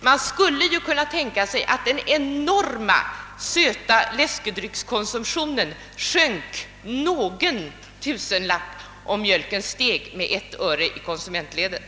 Man skulle ju kunna tänka sig att den enorma konsumtionen av söta läskedrycker sjönk med något tusental per dag och mjölken steg med ett öre i konsumentledet.